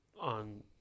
on